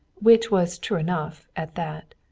which was true enough, at that.